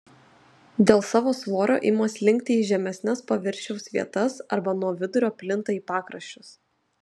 dėl savo svorio ima slinkti į žemesnes paviršiaus vietas arba nuo vidurio plinta į pakraščius